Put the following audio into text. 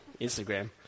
Instagram